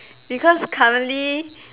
because currently